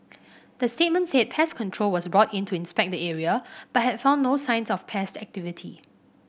the statement said pest control was brought in to inspect the area but had found no signs of pest activity